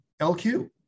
LQ